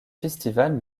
festival